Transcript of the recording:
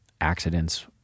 Accidents